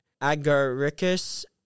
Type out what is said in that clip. Agaricus